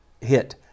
hit